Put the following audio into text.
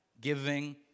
giving